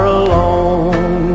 alone